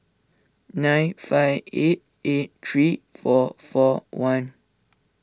nine five eight eight three four four one